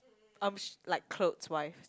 um like clothes wise